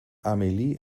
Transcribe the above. amélie